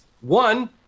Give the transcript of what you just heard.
One